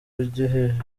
ujye